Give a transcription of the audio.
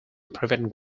prevent